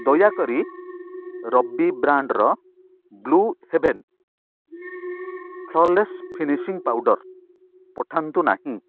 ଦୟାକରି ରବି ବ୍ରାଣ୍ଡ୍ର blue heaven flawless finishing powder ପଠାନ୍ତୁ ନାହିଁ